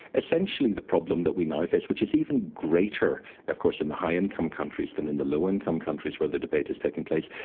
essentially the problem that we now face, which is even greater of course in the high income countries than in the low income countries where the debate is taking place,